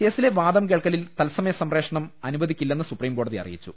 കേസിലെ വാദം കേൾക്കലിൽ തൽസമയ സംപ്രേഷണം അനുവദിക്കില്ലെന്ന് സുപ്രീംകോടതി അറിയിച്ചു